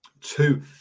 two